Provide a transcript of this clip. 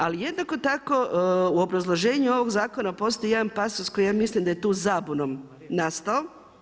Ali jednako tako u obrazloženju ovog zakona postoji jedan pasos koji ja mislim da je tu zabunom nastao.